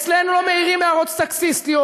אצלנו לא מעירים הערות סקסיסטיות.